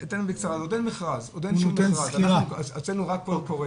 עוד אין מכרז, הוצאנו רק קול קורא